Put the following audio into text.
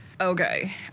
Okay